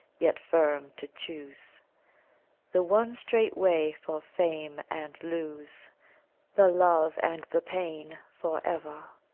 yet firm to choose the one strait way for fame, and lose the love and the pain for ever.